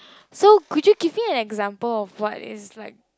so could you give me an example of what is like